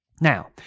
Now